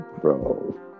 Bro